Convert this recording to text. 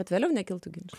kad vėliau nekiltų ginčų